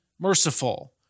merciful